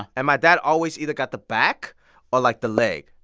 and my dad always either got the back or, like, the leg.